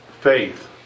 faith